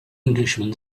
englishman